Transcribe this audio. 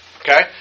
Okay